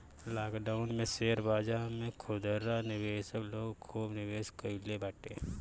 lockdown में share बाजार में खुदरा निवेशक लोग खूब निवेश कईले बाटे